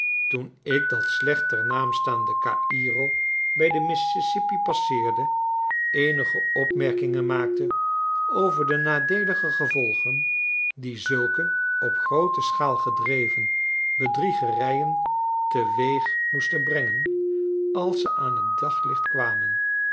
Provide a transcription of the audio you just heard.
toen ik dat slecht ter naam staande cairo bij den mississippi passeerde eenige opmerkingen maakte over de nadeelige gevolgen die zulke op groote schaal gedreven bedriegerijen teweeg moesten brengen als ze aan t daglicht kwamen